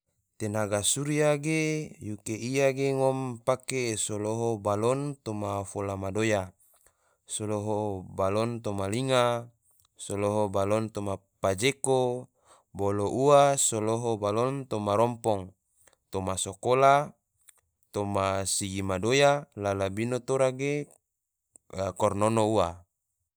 Tenaga surya ge, yuke ia ge ngom pake so loho balon toma fola ma doya, so loho balon toma linga, so loho balon toma pajeko, bolo ua so loho balon toma rompong, toma sakola, toma sigi ma doya, la labino tora ge kornono ua